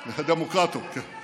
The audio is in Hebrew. דמוקרטור, כן.